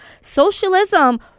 socialism